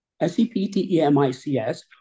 S-E-P-T-E-M-I-C-S